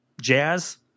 Jazz